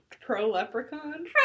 pro-leprechaun